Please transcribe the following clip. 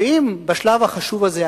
ואם בשלב החשוב הזה,